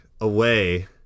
away